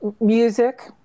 music